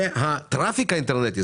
והטראפיק האינטרנטי,